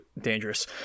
Dangerous